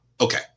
Okay